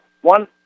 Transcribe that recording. one